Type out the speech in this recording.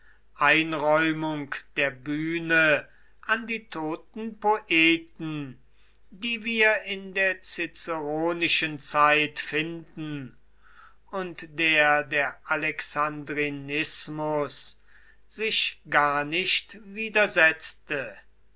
einräumung der bühne an die toten poeten die wir in der ciceronischen zeit finden und der der alexandrinismus sich gar nicht widersetzte